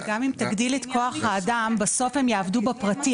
גם אם תגדיל את כוח האדם בסוף הם יעבדו בפרטי,